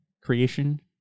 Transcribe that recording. creation